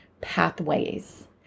pathways